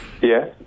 Yes